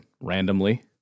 randomly